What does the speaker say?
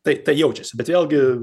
tai tai jaučiasi bet vėlgi